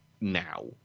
now